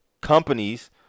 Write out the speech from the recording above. companies